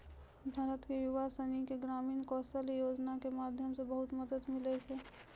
भारत के युवक सनी के ग्रामीण कौशल्या योजना के माध्यम से बहुत मदद मिलै छै